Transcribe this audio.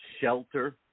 shelter